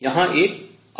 यहाँ एक अवशोषण है